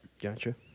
Gotcha